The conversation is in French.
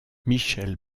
michelle